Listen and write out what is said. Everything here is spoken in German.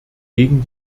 gegen